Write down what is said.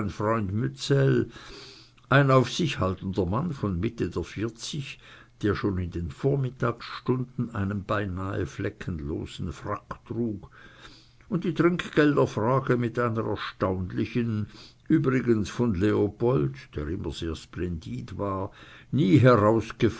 mützell ein auf sich haltender mann von mitte der vierzig der schon in den vormittagsstunden einen beinahe fleckenlosen frack trug und die trinkgelderfrage mit einer erstaunlichen übrigens von leopold der immer sehr splendid war nie